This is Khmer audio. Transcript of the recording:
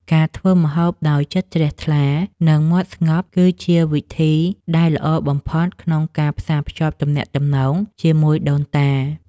ការធ្វើម្ហូបដោយចិត្តជ្រះថ្លានិង មាត់ស្ងប់គឺជាវិធីដែលល្អបំផុតក្នុងការផ្សារភ្ជាប់ទំនាក់ទំនងជាមួយដូនតា។